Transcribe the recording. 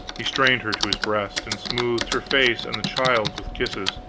he strained her to his breast, and smothered her face and the child's with kisses,